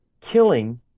killing